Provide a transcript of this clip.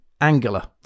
Angular